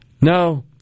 No